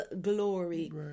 glory